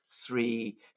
three